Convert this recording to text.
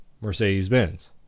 Mercedes-Benz